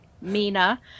Mina